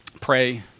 pray